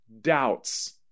doubts